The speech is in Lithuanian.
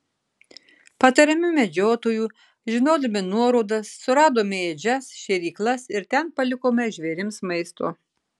patariami medžiotojų žinodami nuorodas suradome ėdžias šėryklas ir ten palikome žvėrims maisto